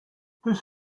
this